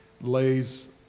lays